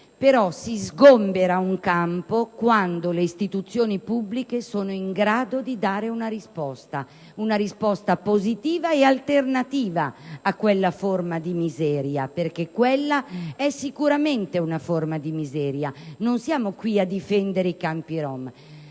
essere sgombrato solo quando le istituzioni pubbliche sono in grado di dare una risposta positiva ed alternativa a quella forma di miseria, perché quella è sicuramente una forma di miseria. Non siamo qui a difendere i campi rom.